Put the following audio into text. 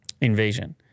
invasion